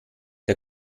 der